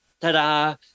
ta-da